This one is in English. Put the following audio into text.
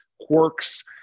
quirks